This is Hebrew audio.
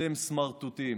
אתם סמרטוטים.